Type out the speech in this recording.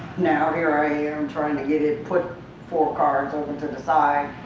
now here i am trying to get it put four cards over to the side.